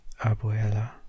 Abuela